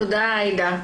תודה גברתי היושבת-ראש.